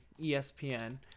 ESPN